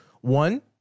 one